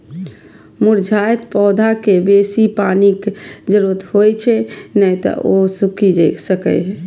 मुरझाइत पौधाकें बेसी पानिक जरूरत होइ छै, नै तं ओ सूखि सकैए